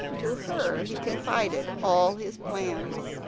to her he confided all his plans,